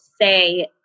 say